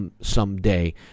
someday